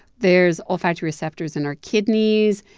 there's olfactory receptors in our kidneys.